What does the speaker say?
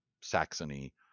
Saxony